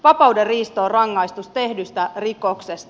vapaudenriisto on rangaistus tehdystä rikoksesta